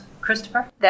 Christopher